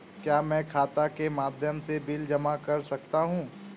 क्या मैं खाता के माध्यम से बिल जमा कर सकता हूँ?